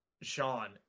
Sean